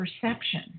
perception